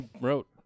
wrote